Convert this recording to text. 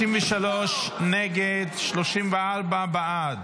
53 נגד, 34 בעד.